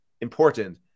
important